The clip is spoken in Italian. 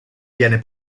viene